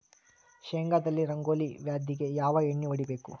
ಶೇಂಗಾದಲ್ಲಿ ರಂಗೋಲಿ ವ್ಯಾಧಿಗೆ ಯಾವ ಎಣ್ಣಿ ಹೊಡಿಬೇಕು?